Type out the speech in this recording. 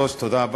לרשותך.